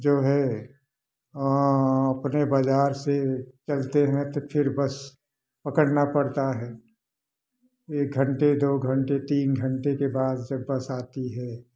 जो है अपने बाजार से चलते हैं तो फिर बस पकड़ना पड़ता है एक घंटे दो घंटे तीन घंटे के बाद जब बस आती है